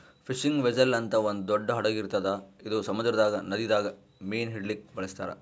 fishing vessel ಅಂತ್ ಒಂದ್ ದೊಡ್ಡ್ ಹಡಗ್ ಇರ್ತದ್ ಇದು ಸಮುದ್ರದಾಗ್ ನದಿದಾಗ್ ಮೀನ್ ಹಿಡಿಲಿಕ್ಕ್ ಬಳಸ್ತಾರ್